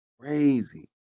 crazy